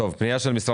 פנייה מס'